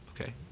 okay